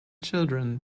children